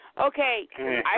Okay